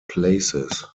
places